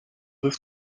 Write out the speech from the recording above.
this